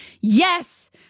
yes